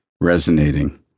resonating